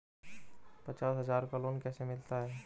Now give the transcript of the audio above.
पचास हज़ार का लोन कैसे मिलता है?